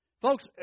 Folks